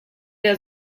der